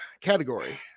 category